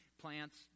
plants